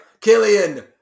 Killian